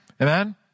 Amen